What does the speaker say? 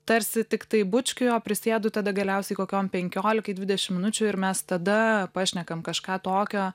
tarsi tiktai bučkiui o prisėdu tada galiausiai kokiom penkiolikai dvidešim minučių ir mes tada pašnekam kažką tokio